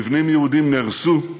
מבנים יהודיים נהרסו,